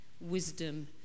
Wisdom